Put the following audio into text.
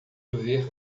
ver